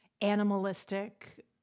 animalistic